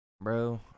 Bro